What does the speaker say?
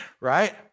right